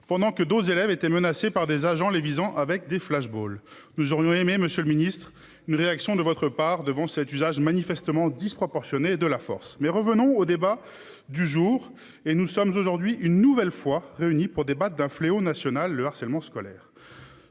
pendant que d'autres élèves étaient menacés par des agents les visant avec des flash ball. Nous aurions aimé Monsieur le Ministre, une réaction de votre part devant cet usage manifestement disproportionné de la force. Mais revenons au débat du jour, et nous sommes aujourd'hui une nouvelle fois réunis pour débattre d'un fléau national le harcèlement scolaire.